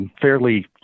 fairly